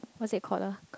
what that call ah